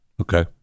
Okay